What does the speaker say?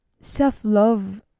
Self-love